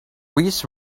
this